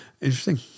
Interesting